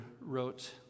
wrote